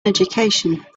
education